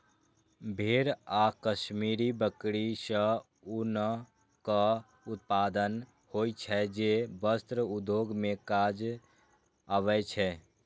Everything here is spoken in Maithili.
भेड़ आ कश्मीरी बकरी सं ऊनक उत्पादन होइ छै, जे वस्त्र उद्योग मे काज आबै छै